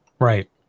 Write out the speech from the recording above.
Right